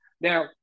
Now